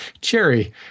cherry